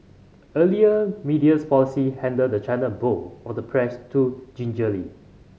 earlier media's policy handled the china bowl of the press too gingerly